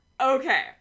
Okay